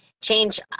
change